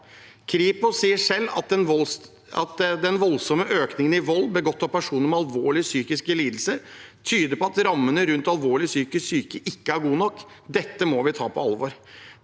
Kripos sier selv at den voldsomme økningen i vold begått av personer med alvorlige psykiske lidelser tyder på at rammene rundt alvorlig psykisk syke ikke er gode nok. Dette må vi ta på alvor.